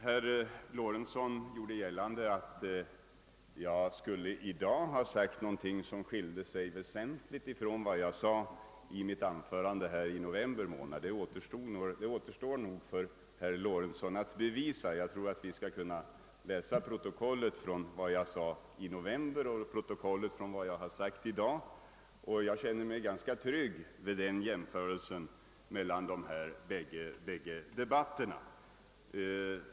Herr Lorentzon gjorde gällande att jag i dag skulle ha sagt något som skilde sig väsentligt från vad jag sade i mitt anförande här i kammaren i november månad. Det återstår nog för herr Lorentzon att bevisa. Vi kan ju läsa i protokollet vad jag sade i november och vad jag har sagt i dag. Jag känner mig ganska trygg för resultatet av den jämförelsen mellan dessa två debatter.